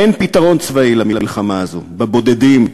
אין פתרון צבאי למלחמה הזאת בבודדים,